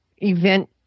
event